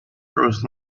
grows